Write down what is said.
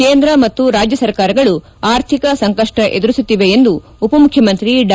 ಕೇಂದ್ರ ಮತ್ತು ರಾಜ್ಯ ಸರ್ಕಾರಗಳು ಆರ್ಥಿಕ ಸಂಕಷ್ಟ ಎದುರಿಸುತ್ತಿವೆ ಎಂದು ಉಪಮುಖ್ಯಮಂತ್ರಿ ಡಾ